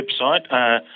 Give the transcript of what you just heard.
website